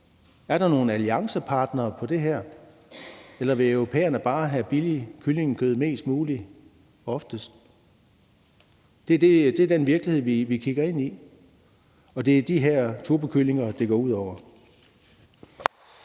Er der nogle alliancepartnere på det her, eller vil europæerne bare have mest muligt billigt kyllingekød? Det er den virkelighed, vi kigger ind i, og det er de her turbokyllinger, det går ud over.